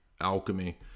alchemy